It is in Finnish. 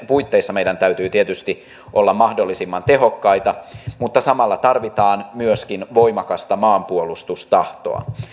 puitteissa meidän täytyy tietysti olla mahdollisimman tehokkaita mutta samalla tarvitaan myöskin voimakasta maanpuolustustahtoa